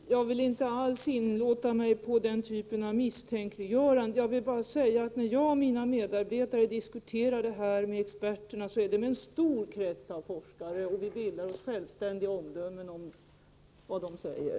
Herr talman! Jag vill inte inlåta mig på den typen av misstänkliggöranden. Jag vill bara säga, att när jag och mina medarbetare diskuterar dessa frågor med experterna, är det fråga om en stor krets av forskare. Vi bildar oss självständigt omdömen om vad de säger.